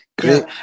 great